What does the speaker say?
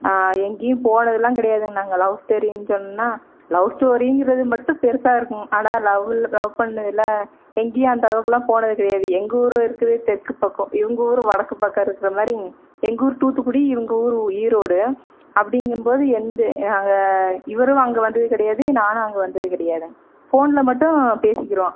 எங்கேயும் போனதெலாம் கிடையாது நாங்கள் லவ் ஸ்டோரின்னு சொன்னால் லவ் ஸ்டோரிங்கிறது மட்டும் பெரிசா இருக்கும் ஆனால் லவ்வு லவ் பண்ணயில் எங்கேயும் அந்த அளவுக்கெலாம் போனது கிடையாது எங்கள் ஊரோ இருக்கிறது தெற்கு பக்கம் இவங்க ஊர் வடக்கு பக்கம் இருக்கிற மாதிரி எங்கள் ஊர் தூத்துக்குடி இவங்க ஊர் ஈரோடு அப்படிங்கும் போது எந்த நாங்கள் இவரும் அங்கே வந்தது கிடையாது நானும் அங்கே வந்தது கெடையாது ஃபோனில் மட்டும் பேசிக்கிடுவோம்